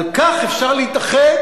על כך אפשר להתאחד,